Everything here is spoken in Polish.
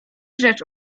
rzecz